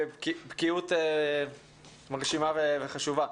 בקיאות מרשימה וחשובה.